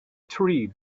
tree